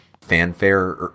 fanfare